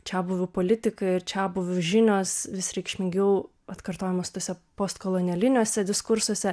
čiabuvių politika ir čiabuvių žinios vis reikšmingiau atkartojamos tose postkolonijiniuose diskursuose